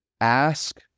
ask